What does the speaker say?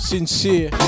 Sincere